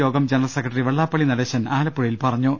യോഗം general secretary Vellappally Natesan ആലപ്പുഴയിൽ പറഞ്ഞു